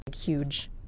huge